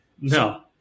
No